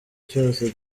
cyose